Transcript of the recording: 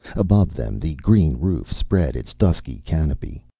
above them the green roof spread its dusky canopy.